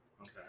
Okay